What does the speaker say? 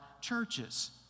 churches